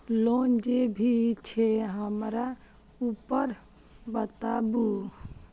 Loan जे भी छे हमरा ऊपर बताबू?